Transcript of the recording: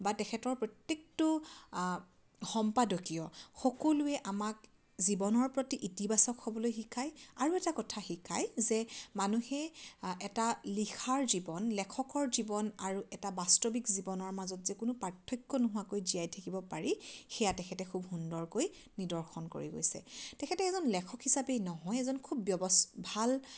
বা তেখেতৰ প্ৰত্যেকটো আ সম্পাদকীয় সকলোৱে আমাক জীৱনৰ প্ৰতি ইতিবাচক হ'বলৈ শিকায় আৰু এটা কথা শিকায় যে মানুহে আ এটা লিখাৰ জীৱন লেখকৰ জীৱন আৰু এটা বাস্তৱিক জীৱনৰ মাজত যে কোনো পাৰ্থক্য নোহোৱাকৈ জীয়াই থাকিব পাৰি সেয়া তেখেতে খুব সুন্দৰকৈ নিদৰ্শন কৰি গৈছে তেখেতে এজন লেখক হিচাপেই নহয় এজন খুব ব্যৱস্থ ভাল